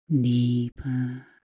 deeper